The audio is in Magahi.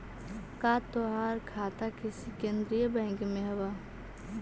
का तोहार खाता किसी केन्द्रीय बैंक में हव